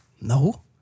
No